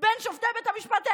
בין שופטי בית המשפט העליון,